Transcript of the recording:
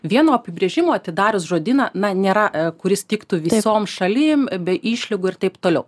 vieno apibrėžimo atidarius žodyną na nėra kuris tiktų visom šalim be išlygų ir taip toliau